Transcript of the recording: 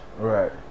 Right